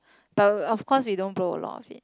but of course we don't blow a lot of it